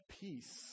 peace